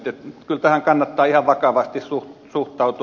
kyllä tähän kannattaa ihan vakavasti suhtautua